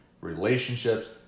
relationships